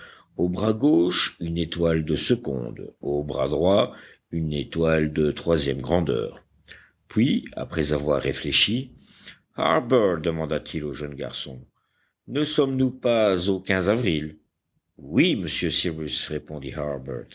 au bras gauche une étoile de seconde au bras droit une étoile de troisième grandeur puis après avoir réfléchi harbert demanda-t-il au jeune garçon ne sommes-nous pas au avril oui monsieur cyrus répondit